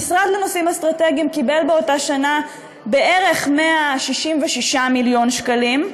המשרד לנושאים האסטרטגיים קיבל בערך 166 מיליון שקלים.